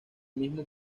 mismo